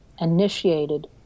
initiated